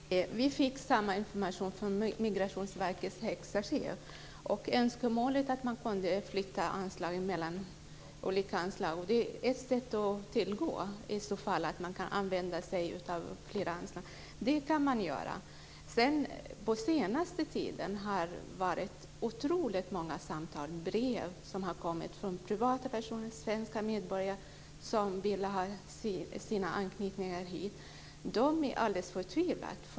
Fru talman! Vi fick samma information från Migrationsverkets högsta chef. Det fanns ett önskemål om att kunna flytta olika anslag. Det är ett sätt att tillmötesgå detta. Under den senaste tiden har det kommit otroligt många samtal och brev från privatpersoner som vill ha hit sina anknytningar. De är alldeles förtvivlade.